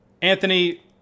Anthony